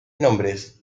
nombres